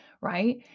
right